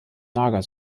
nager